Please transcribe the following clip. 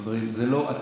חברים, זה לא אתם.